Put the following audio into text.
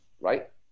Right